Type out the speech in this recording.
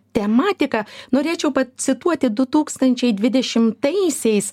tematika norėčiau pacituoti du tūkstančiai dvidešimtaisiais